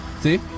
See